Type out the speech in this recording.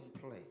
place